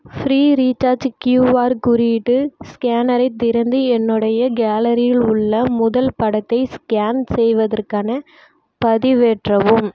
free recharge QR குறியீட்டு ஸ்கேனரை திறந்து என்னுடைய கேலரியில் உள்ள முதல் படத்தை ஸ்கேன் செய்வதற்கானப் பதிவேற்றவும்